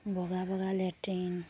বগা বগা লেট্ৰিন